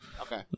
Okay